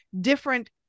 different